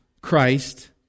Christ